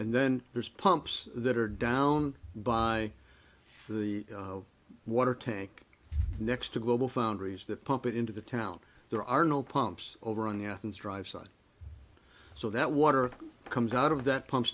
and then there's pumps that are down by the water tank next to globalfoundries that pump into the town there are no pumps over on the athens drive side so that water comes out of that pump